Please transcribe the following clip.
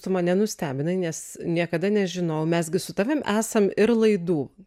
tu mane nustebinai nes niekada nežinojau mes gi su tavim esam ir laidų